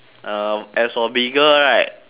uh as for bigger right